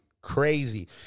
crazy